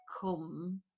come